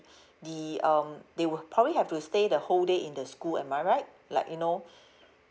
the um they will probably have to stay the whole day in the school am I right like you know